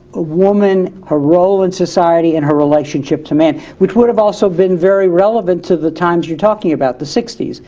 a woman, her role in society, in her relationship to men which would have also been very relevant to the times you're talking about, the sixty s,